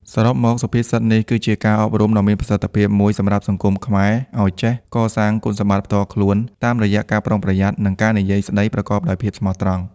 សរុបមក សុភាសិតនេះគឺជាការអប់រំដ៏មានប្រសិទ្ធភាពមួយសម្រាប់សង្គមខ្មែរឱ្យចេះកសាង គុណសម្បត្តិផ្ទាល់ខ្លួន តាមរយៈការប្រុងប្រយ័ត្ន និងការនិយាយសម្ដីប្រកបដោយភាពស្មោះត្រង់។